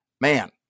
man